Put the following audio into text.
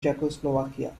czechoslovakia